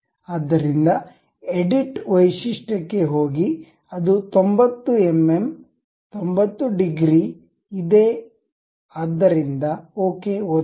ಆದ್ದರಿಂದ ಎಡಿಟ್ ವೈಶಿಷ್ಟ್ಯ ಕ್ಕೆ ಹೋಗಿ ಅದು 90 ಎಂಎಂ 90 ಡಿಗ್ರಿ ಇದೆ ಆದ್ದರಿಂದ ಓಕೆ ಒತ್ತಿ